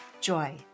joy